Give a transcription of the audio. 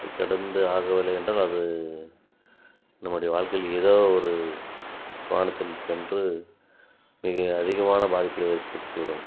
அது கடந்து ஆகவில்லையென்றால் அது நம்முடைய வாழ்க்கையில் ஏதாவது ஒரு கோணத்தில் சென்று மிக அதிகமான பாதிப்பினை ஏற்படுத்திவிடும்